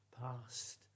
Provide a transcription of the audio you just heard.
past